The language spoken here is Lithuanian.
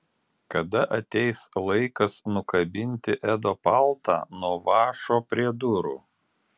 kada ateis laikas nukabinti edo paltą nuo vąšo prie durų